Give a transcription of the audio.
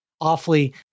awfully